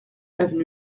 avenue